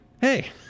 Hey